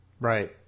right